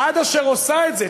עד אשר היא עושה את זה,